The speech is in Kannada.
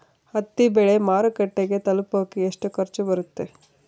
ಹತ್ತಿ ಬೆಳೆ ಮಾರುಕಟ್ಟೆಗೆ ತಲುಪಕೆ ಎಷ್ಟು ಖರ್ಚು ಬರುತ್ತೆ?